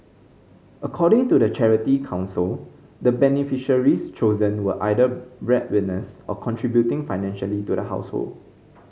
according to the Charity Council the beneficiaries chosen were either bread winners or contributing financially to the household